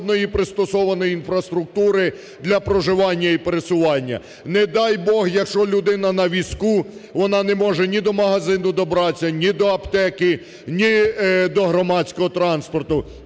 жодної пристосованої інфраструктури для проживання і пересування. Не дай Бог, якщо людина на візку, вона не може ні до магазину добратися, ні до аптеки, ні до громадського транспорту.